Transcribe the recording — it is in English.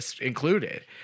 included